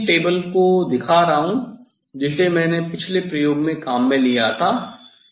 मैं उसी तालिका को दिखा रहा हूं जिसे मैंने पिछले प्रयोग में काम में लिया था